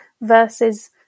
versus